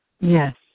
Yes